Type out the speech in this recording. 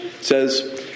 says